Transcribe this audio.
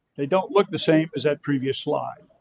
they don't look the same as that previous slide.